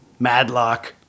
Madlock